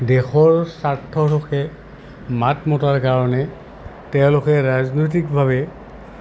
দেশৰ স্বাৰ্থৰ হকে মাত মতাৰ কাৰণে তেওঁলোকে ৰাজনৈতিকভাৱে